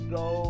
go